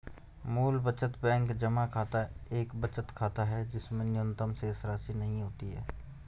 मूल बचत बैंक जमा खाता एक बचत खाता है जिसमें न्यूनतम शेषराशि नहीं होती है